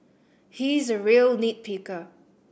he is a real nit picker